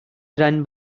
run